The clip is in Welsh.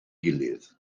gilydd